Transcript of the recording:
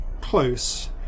close